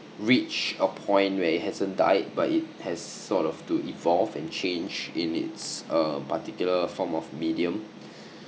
reach a point where it hasn't died but it has sort of to evolve and change in its uh particular form of medium